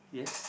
yes